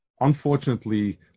Unfortunately